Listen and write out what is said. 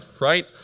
right